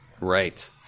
Right